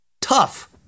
Tough